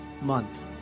month